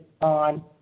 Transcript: on